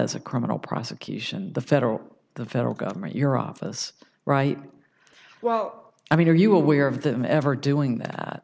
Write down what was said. as a criminal prosecution the federal the federal government your office right well i mean are you aware of them ever doing that